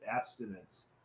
abstinence